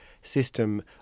system